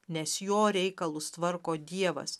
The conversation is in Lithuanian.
nes jo reikalus tvarko dievas